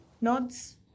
Nods